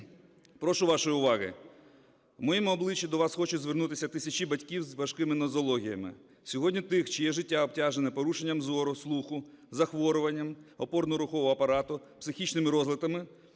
прошу вашої уваги. В моєму обличчі до вас хочуть звернутися тисячі батьків з важкими нозологіями. Сьогодні тих, чиє життя обтяжене порушенням зору, слуху, захворюваннями опорно-рухового апарату, психічними розладами,